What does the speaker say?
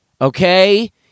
Okay